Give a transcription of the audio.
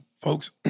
Folks